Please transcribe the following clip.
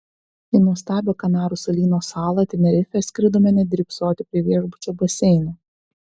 į nuostabią kanarų salyno salą tenerifę skridome ne drybsoti prie viešbučio baseino